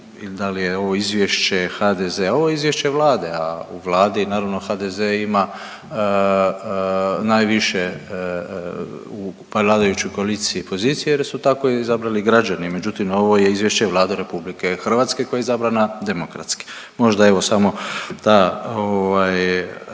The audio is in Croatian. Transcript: da li je ovo izvješće HDZ-a? Ovo je izvješće Vlade, a u Vladi naravno HDZ ima najviše u … koaliciji i poziciji jer su tako izabrali građani, međutim ovo je izvješće Vlade RH koja je izabrana demokratski, možda evo samo ta